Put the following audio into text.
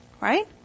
Right